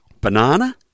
Banana